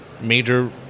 major